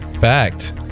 fact